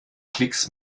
klicks